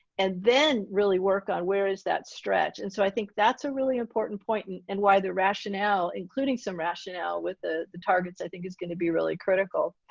and then really work on where is that stretch and so i think that's a really important point. and why the rationale including some rationale with the the targets i think is going to be really critical.